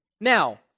Now